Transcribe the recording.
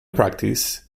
practice